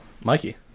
Mikey